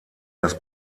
das